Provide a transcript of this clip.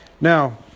Now